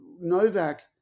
Novak